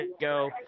go